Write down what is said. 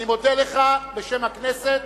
אני מודה לך בשם הכנסת,